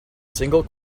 single